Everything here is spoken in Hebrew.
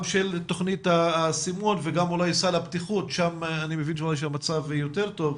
גם של תכנית הסימון וגם סל הבטיחות שם אני מבין שהמצב יותר טוב.